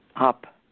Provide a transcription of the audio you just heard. up